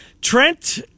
Trent